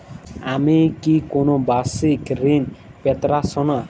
আমি কি কোন বাষিক ঋন পেতরাশুনা?